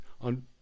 on